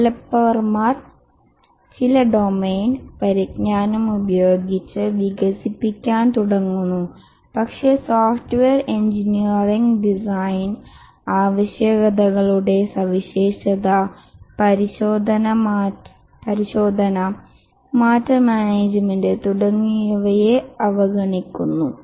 ഡവലപ്പർമാർ ചില ഡൊമെയ്ൻ പരിജ്ഞാനം ഉപയോഗിച്ച് വികസിപ്പിക്കാൻ തുടങ്ങുന്നു പക്ഷേ സോഫ്റ്റ്വെയർ എഞ്ചിനീയറിംഗ് ഡിസൈൻ ആവശ്യകതകളുടെ സവിശേഷത പരിശോധന ചേഞ്ച് മാനേജ്മെന്റ് തുടങ്ങിയവ അവഗണിക്കുന്നു